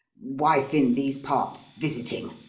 wife in these parts visiting.